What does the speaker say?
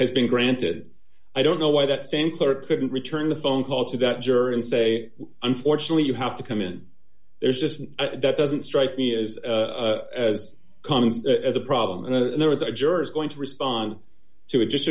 has been granted i don't know why that same clerk couldn't return the phone call to that jury and say unfortunately you have to come in there's just that doesn't strike me as as comes as a problem and the there is a juror is going to respond to it just